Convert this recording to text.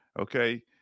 okay